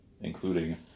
including